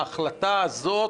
ההחלטה הזאת,